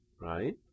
right